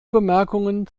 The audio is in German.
bemerkungen